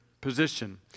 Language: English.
position